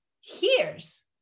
hears